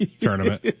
tournament